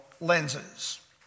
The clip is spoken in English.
lenses